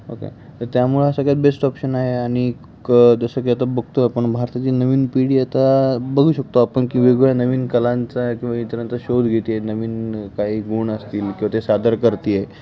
okay तर त्यामुळे हा सगळ्यात बेस्ट ऑप्शन आहे आणि क जसं की आता बघतो आहे आपण भारताची नवीन पिढी आता बघू शकतो आपण की वेगवेगळ्या नवीन कलांचा किंवा इतरांचा शोध घेते आहे नवीन काही गुण असतील किंवा ते सादर करते आहे